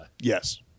Yes